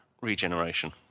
regeneration